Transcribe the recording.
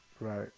Right